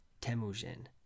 Temujin